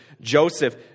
Joseph